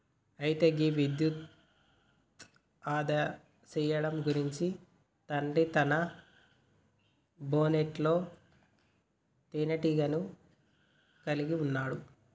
అయితే గీ విద్యుత్ను ఆదా సేయడం గురించి తండ్రి తన బోనెట్లో తీనేటీగను కలిగి ఉన్నాడు